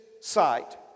sight